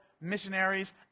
missionaries